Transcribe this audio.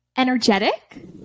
energetic